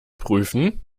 prüfen